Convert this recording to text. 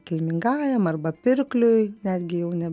kilmingajam arba pirkliui netgi jau ne